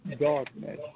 darkness